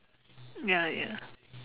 ya ya